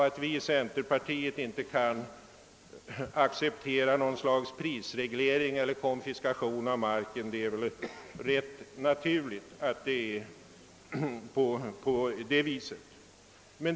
Att vi i centerpartiet inte kan acceptera något slags prisreglering eller konfiskering av mark är väl ganska naturligt.